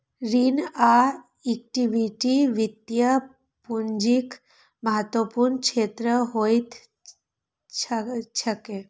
ऋण आ इक्विटी वित्तीय पूंजीक महत्वपूर्ण स्रोत होइत छैक